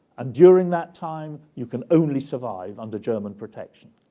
and during that time, you can only survive under german protection.